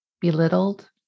belittled